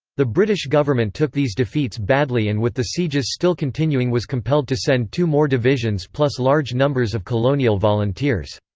the british government government took these defeats badly and with the sieges still continuing was compelled to send two more divisions plus large numbers of colonial volunteers.